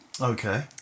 okay